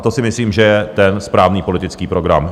To si myslím, že je ten správný politický program.